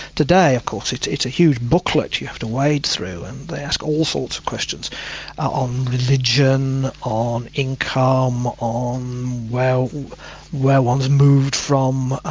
today of course it's it's a huge booklet you have to wade through and they ask all sorts of questions on religion, on income, um um on where one has moved from,